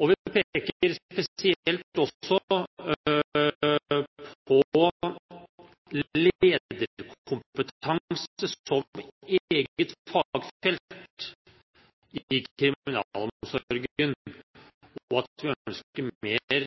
og vi peker også spesielt på lederkompetanse som eget fagfelt i kriminalomsorgen. Vi ønsker mer